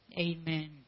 Amen